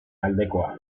aldekoa